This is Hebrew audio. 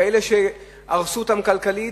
כאלה שהרסו אותם כלכלית,